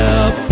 up